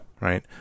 right